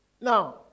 Now